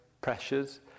pressures